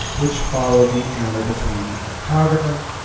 which follow the encounter between the photographer,